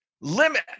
Limit